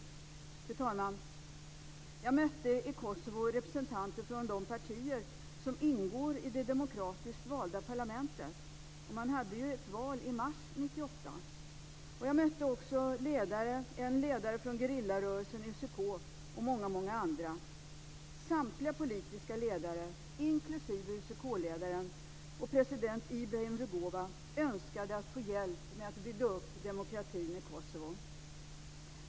Fru talman! Jag mötte i Kosovo representanter från de partier som ingår i det demokratiskt valda parlamentet. Man hade ett val i mars 1998. Jag mötte också en ledare för gerillarörelsen UCK och många andra. Samtliga politiska ledare inklusive UCK ledaren och president Ibrahim Rugova önskade få hjälp med att bygga upp demokratin i Kosovo.